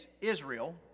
Israel